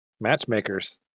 Matchmakers